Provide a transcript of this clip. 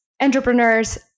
entrepreneurs